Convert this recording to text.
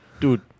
Dude